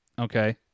Okay